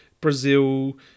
brazil